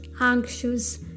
anxious